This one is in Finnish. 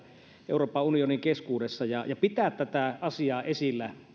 euroopan unionin keskuudessa ja ja pitää tätä asiaa esillä